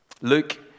Luke